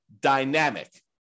dynamic